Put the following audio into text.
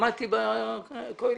למדתי בכולל.